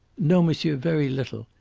no, monsieur very little.